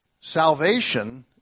Salvation